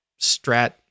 strat